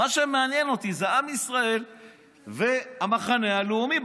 מה שמעניין אותי זה עם ישראל והמחנה הלאומי,